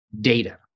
data